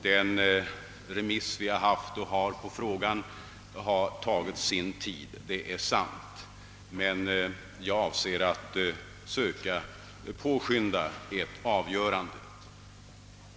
Den remissbehandling som frågan har ägnats har tagit sin tid, det är sant, men jag avser att söka påskynda ett avgörande.